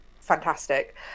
fantastic